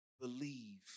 believe